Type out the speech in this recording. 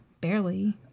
barely